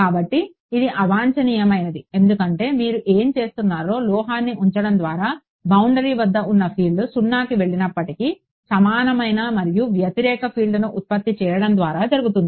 కాబట్టి ఇది అవాంఛనీయమైనది ఎందుకంటే మీరు ఏమి చేస్తున్నారో లోహాన్ని ఉంచడం ద్వారాబౌండరీ వద్ద ఉన్న ఫీల్డ్ 0కి వెళుతున్నప్పటికీ సమానమైన మరియు వ్యతిరేక ఫీల్డ్ను ఉత్పత్తి చేయడం ద్వారా జరుగుతుంది